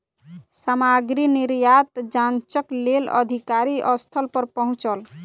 सामग्री निर्यात जांचक लेल अधिकारी स्थल पर पहुँचल